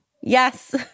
Yes